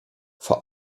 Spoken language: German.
vor